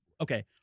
okay